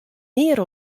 mear